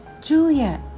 Juliet